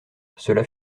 cela